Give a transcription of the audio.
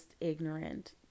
ignorant